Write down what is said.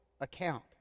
account